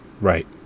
Right